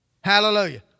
Hallelujah